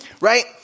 right